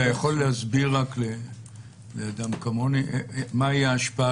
אתה יכול להסביר לאדם כמוני מהי ההשפעה